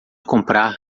comprar